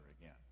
again